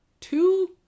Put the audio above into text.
two